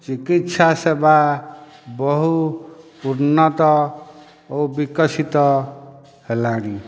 ଚିକିତ୍ସା ସେବା ବହୁ ଉନ୍ନତ ଓ ବିକଶିତ ହେଲାଣି